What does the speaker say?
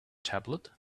tablet